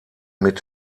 mit